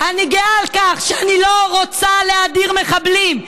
אני גאה על כך שאני לא רוצה להאדיר מחבלים.